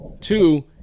Two